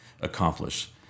accomplish